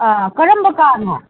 ꯑꯥ ꯀꯔꯝꯕ ꯀꯥꯔꯅꯣ